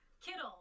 Kittle